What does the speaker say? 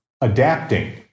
adapting